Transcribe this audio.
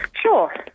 Sure